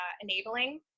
enabling